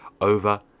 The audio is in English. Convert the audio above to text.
over